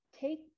take